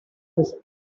his